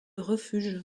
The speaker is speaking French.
refuge